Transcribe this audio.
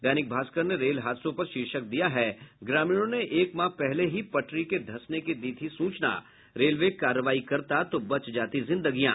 दैनिक भास्कर ने रेल हादसों पर शीर्षक दिया है ग्रामीणों ने एक माह पहले ही पटरी के धंसने की दी थी सूचना रेलवे कार्रवाई करता तो बच जाती जिंदगियां